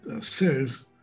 says